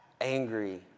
angry